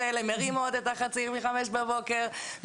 מרימות את החציר מחמש בבוקר,